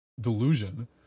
delusion